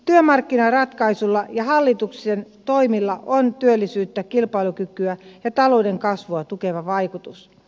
työmarkkinaratkaisulla ja hallituksen toimilla on työllisyyttä kilpailukykyä ja talouden kasvua tukeva vaikutus